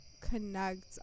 connect